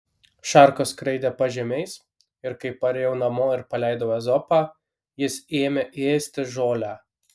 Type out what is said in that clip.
šarkos skraidė pažemiais ir kai parėjau namo ir paleidau ezopą jis ėmė ėsti žolę